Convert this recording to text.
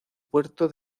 puerto